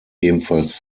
ebenfalls